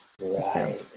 Right